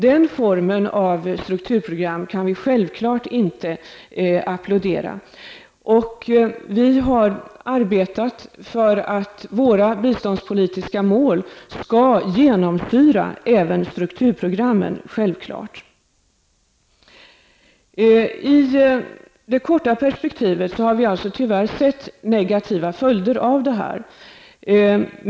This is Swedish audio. Den formen av strukturprogram kan vi självfallet inte applådera. Vi har arbetat för att våra biståndspolitiska mål skall genomsyra även strukturprogrammen. Det är självklart. I det korta perspektivet har vi tyvärr sett negativa följder av detta.